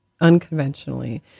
unconventionally